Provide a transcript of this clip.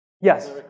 Yes